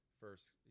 first